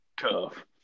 tough